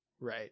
right